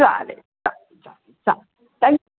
चालेल चालेल चालेल चालेल थँक्यू